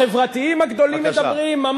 החברתיים הגדולים מדברים.